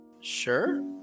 Sure